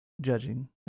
judging